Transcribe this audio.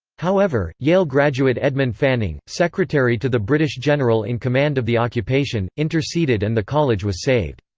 however, yale graduate edmund fanning, secretary to the british general in command of the occupation, interceded and the college was saved.